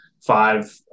five